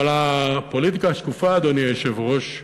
אבל הפוליטיקה השקופה, אדוני היושב-ראש,